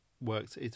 works